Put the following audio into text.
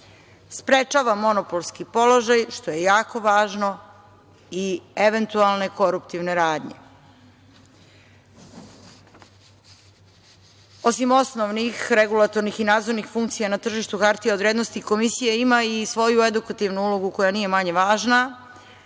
sprečava monopolski položaj, što je jako važno, i eventualne koruptivne radnje. Osim osnovnih regulatornih i nadzornih funkcija na tržištu hartija od vrednosti, Komisija ima i svoju edukativnu ulogu, koja nije manje važna,